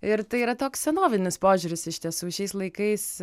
ir tai yra toks senovinis požiūris iš tiesų šiais laikais